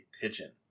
pigeon